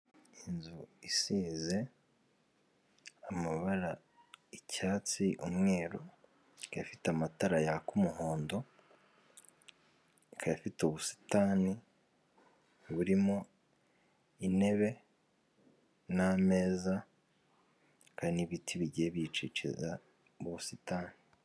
Inzu isize amabara icyatsi, umweru, ikaba ifite amatara yaka umuhondo, ikaba ifite ubusitani burimo intebe n'ameza, hari n'ibiti bigiye biyiciciza mu busitani.